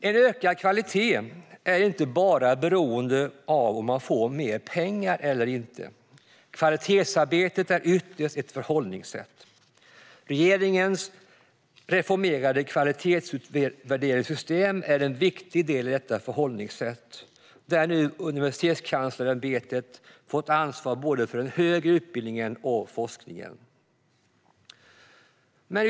En ökad kvalitet är inte bara beroende av om man får mer pengar eller inte. Kvalitetsarbete är ytterst ett förhållningssätt. Regeringens reformerade kvalitetsutvärderingssystem är en viktig del i detta förhållningssätt. Universitetskanslersämbetet har med anledning av detta nu fått ansvar för både den högre utbildningen och forskningen.